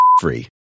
free